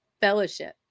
Fellowship